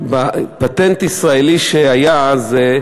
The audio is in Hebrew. פטנט ישראלי שהיה אז זה